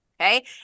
Okay